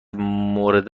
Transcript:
مورد